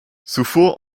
zuvor